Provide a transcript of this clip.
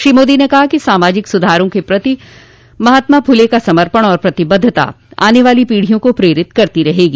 श्री मोदी ने कहा कि सामाजिक सुधारों के प्रति महात्मा फुले का समर्पण और प्रतिबद्धता आने वाली पीढ़ियों को प्रेरित करती रहेगी